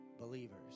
believers